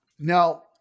Now